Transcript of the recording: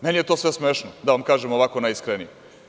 Meni je to sve smešno, da vam kažem ovako najiskrenije.